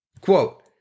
Quote